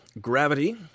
gravity